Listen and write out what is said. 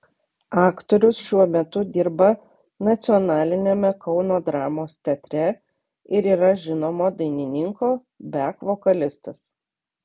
aktorius šiuo metu dirba nacionaliniame kauno dramos teatre ir yra žinomo dainininko bek vokalistas